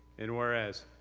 and whereas,